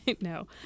no